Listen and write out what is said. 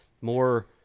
more